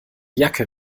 jacke